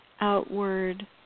outward